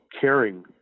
caring